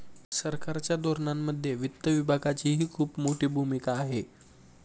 सरकारच्या धोरणांमध्ये वित्त विभागाचीही खूप मोठी भूमिका आहे